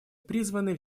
призваны